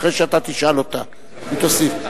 אחרי שאתה תשאל אותה היא תוסיף.